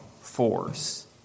force